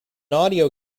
audio